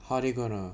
how are they gonna